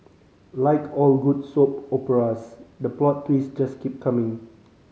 like all good soap operas the plot twists just keep coming